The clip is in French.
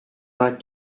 vingt